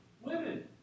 women